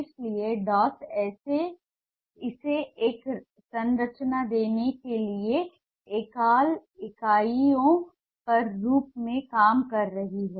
इसलिए डॉट्स इसे एक संरचना देने के लिए एकल इकाइयों के रूप में काम कर रहे हैं